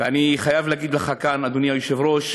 ואני חייב להגיד לך כאן, אדוני היושב-ראש,